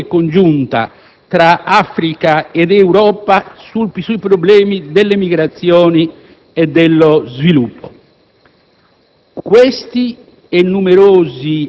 con una importante dichiarazione congiunta tra Africa e Europa sui problemi delle migrazioni e dello sviluppo.